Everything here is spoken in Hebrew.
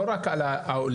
לא רק על העולים